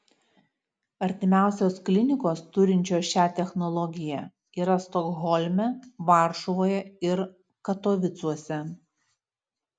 artimiausios klinikos turinčios šią technologiją yra stokholme varšuvoje ir katovicuose